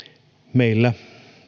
meillä